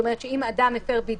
כלומר אם אדם הפר בידוד,